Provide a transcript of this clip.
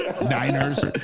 Niners